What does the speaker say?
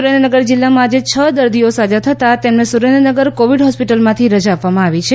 સુરેન્દ્રનગર જીલ્લામાં આજે છ દર્દીઓ સાજા થતાં તેમને સુરેન્દ્રનગર કોવીડ હોસ્પિટલમાંથી રજા આપવામાં આવી છે